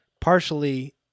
Partially